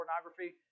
pornography